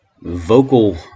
Vocal